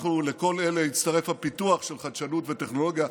לכל אלה הצטרף הפיתוח של חדשנות וטכנולוגיה.